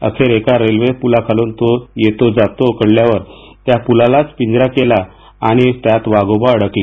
अखेर एका रेल्वे पुलाखालून तो येतो जातो कळल्यावर त्या पुलाचाच पिंजरा केला आणि त्यात वाघोबा अडकले